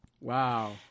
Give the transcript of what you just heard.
Wow